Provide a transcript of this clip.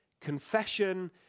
Confession